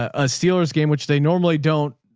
a, a steelers game, which they normally don't.